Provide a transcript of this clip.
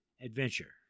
adventure